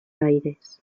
aires